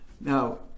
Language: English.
Now